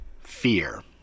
fear